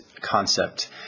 concept